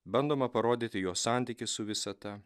bandoma parodyti jo santykį su visata